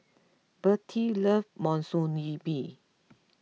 Bertie loves Monsunabe